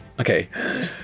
Okay